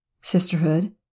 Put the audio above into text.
sisterhood